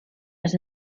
was